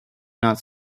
not